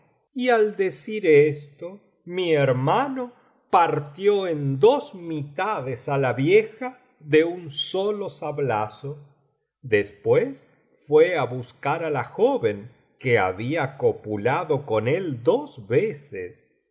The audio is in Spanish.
y aí decir esto mi hermano partió en dos mitades á la vieja de un solo sablazo después fué á buscar á la joven que había copulado con él dos veces